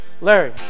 Larry